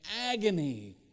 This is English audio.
agony